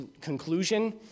conclusion